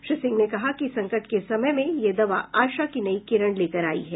श्री सिंह ने कहा कि संकट के समय में यह दवा आशा की नई किरण लेकर आई है